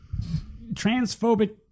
transphobic